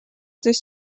ktoś